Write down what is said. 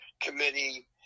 committee